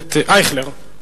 הכנסת אייכלר.